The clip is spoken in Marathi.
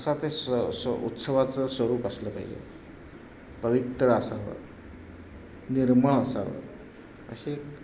असा ते स्व स्व उत्सवाचं स्वरूप असलं पाहिजे पवित्र असावं निर्मळ असावं अशी एक